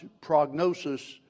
prognosis